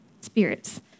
spirits